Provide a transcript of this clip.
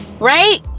right